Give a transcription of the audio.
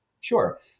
Sure